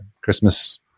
Christmas